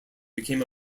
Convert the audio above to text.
became